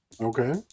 Okay